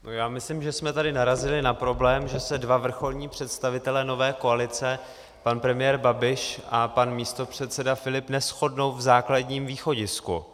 Já myslím, že jsme tady narazili na problém, že se dva vrcholní představitelé nové koalice, pan premiér Babiš a pan místopředseda Filip, neshodnou v základním východisku.